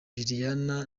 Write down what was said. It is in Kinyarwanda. juliana